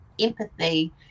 empathy